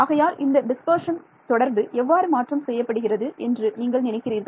ஆகையால் இந்த டிஸ்பர்ஷன் தொடர்பு எவ்வாறு மாற்றம் செய்யப்படுகிறது என்று நீங்கள் நினைக்கிறீர்கள்